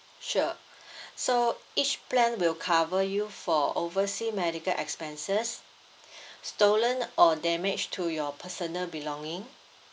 sure so each plan will cover you for overseas medical expenses stolen or damage to your personal belonging